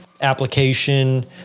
application